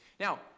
Now